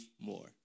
more